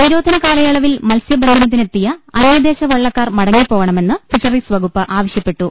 നിരോധന കാലയളവിൽ മത്സ്യബന്ധന ത്തിനെത്തിയ അന്യദേശ വള്ളക്കാർ മടങ്ങിപ്പോകണമെന്ന് ഫിഷറീസ് വകുപ്പ് ആവശ്യപ്പെട്ടു